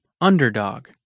Underdog